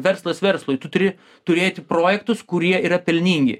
verslas verslui tu turi turėti projektus kurie yra pelningi